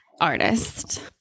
artist